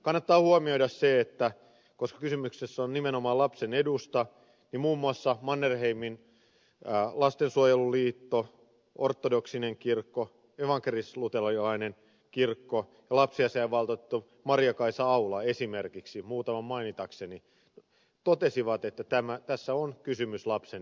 kannattaa huomioida se että koska kyse on nimenomaan lapsen edusta niin muun muassa mannerheimin lastensuojeluliitto ortodoksinen kirkko evankelisluterilainen kirkko ja lapsiasiainvaltuutettu maria kaisa aula esimerkiksi muutaman mainitakseni totesivat että tässä on kysymys lapsen edusta